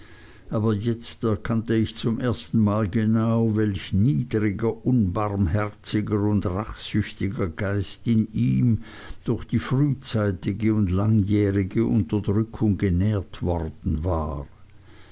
aber jetzt erkannte ich zum ersten mal genau welch niedriger unbarmherziger und rachsüchtiger geist in ihm durch die frühzeitige und langjährige unterdrückung genährt worden war